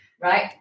right